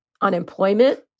unemployment